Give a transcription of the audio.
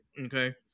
okay